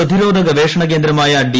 പ്രതിരോധ ഗവേഷണകേന്ദ്രമായ ഡ്രി